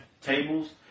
tables